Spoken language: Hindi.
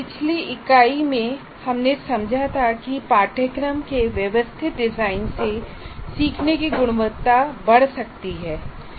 पिछली इकाई में हमने समझा था कि पाठ्यक्रम के व्यवस्थित डिजाइन से सीखने की गुणवत्ता बढ़ सकतीहै